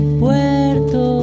puerto